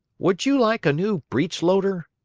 would you like a new breech-loader?